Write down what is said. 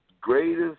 greatest